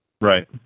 Right